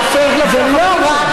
זה לא פייר כלפי החברים שלך.